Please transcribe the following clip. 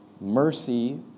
mercy